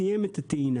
סיים את הטעינה,